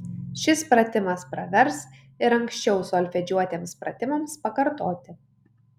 šis pratimas pravers ir anksčiau solfedžiuotiems pratimams pakartoti